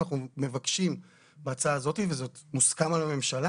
אנחנו מבקשים בהצעה הזאת, וזה מוסכם על הממשלה